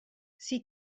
see